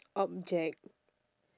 object